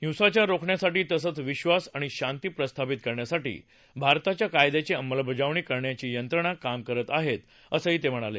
हिंसाचार रोखण्यासाठी तसंच विक्वास आणि शांती प्रस्थापित करण्यासाठी भारताच्या कायद्याची अंमलबजावणी करण्याच्या यंत्रणा काम करत आहेत असं ते म्हणाले